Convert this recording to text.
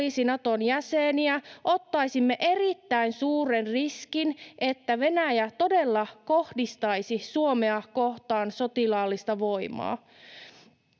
olisi Naton jäseniä, ottaisimme erittäin suuren riskin, että Venäjä todella kohdistaisi Suomea kohtaan sotilaallista voimaa.